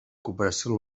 cooperació